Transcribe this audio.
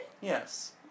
Yes